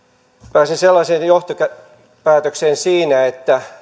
pääsin sellaiseen johtopäätökseen siinä että